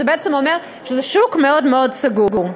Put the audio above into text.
זה בעצם אומר שזה שוק מאוד מאוד סגור.